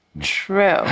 True